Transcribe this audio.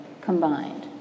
combined